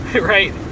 right